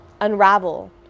unravel